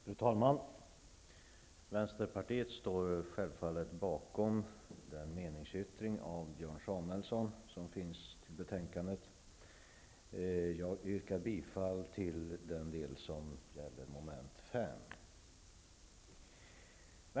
Fru talman! Vänsterpartiet står självfallet bakom Björn Samuelsons meningsyttring, vilken är fogad till betänkandet. Jag yrkar bifall beträffande den del som gäller mom. 5.